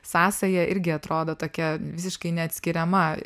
sąsaja irgi atrodo tokia visiškai neatskiriama